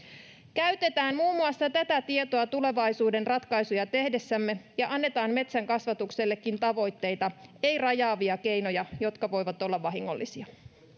käytetään muun muassa tätä tietoa tulevaisuuden ratkaisuja tehdessämme ja annetaan metsänkasvatuksellekin tavoitteita ei rajaavia keinoja jotka voivat olla vahingollisia